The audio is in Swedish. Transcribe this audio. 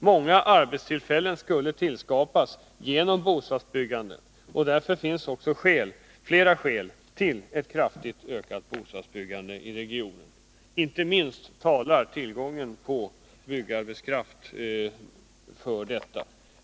Många arbetstillfällen skulle skapas genom bostadsbyggande, och därför finns det flera skäl till ett kraftigt ökat bostadsbyggande i detta område. Inte minst talar tillgången till byggarbetskraft för detta.